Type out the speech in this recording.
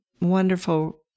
wonderful